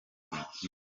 igice